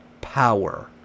power